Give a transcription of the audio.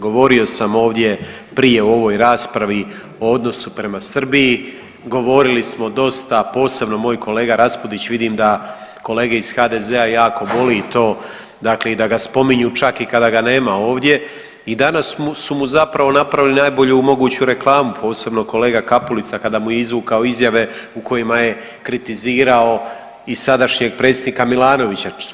Govorio sam ovdje prije u ovoj raspravi o odnosu prema Srbiji, govorili smo dosta, posebno moj kolega Raspudić vidim da kolege iz HDZ-a jako boli to, dakle da ga spominju čak i kada ga nema ovdje i danas su mu zapravo napravili najbolju moguću reklamu, posebno kolega Kapulica kada mu je izvukao izjave u kojima je kritizirao i sadašnjeg predsjednika Milanovića.